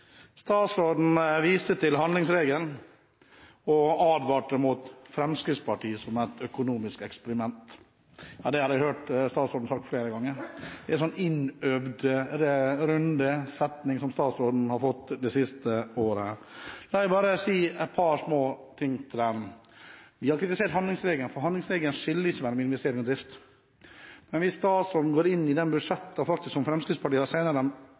Statsråden viste til handlingsregelen og advarte mot Fremskrittspartiet som et økonomisk eksperiment. Det har jeg hørt statsråden si flere ganger. Det er en sånn innøvd runde eller setning som statsråden har tatt det siste året. La meg bare si et par små ting til det. Vi har kritisert handlingsregelen, for handlingsregelen skiller ikke mellom investering og drift. Men hvis statsråden går inn i de budsjettene som Fremskrittspartiet har